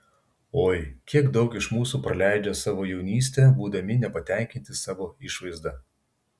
oi kiek daug iš mūsų praleidžia savo jaunystę būdami nepatenkinti savo išvaizda